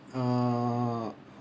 err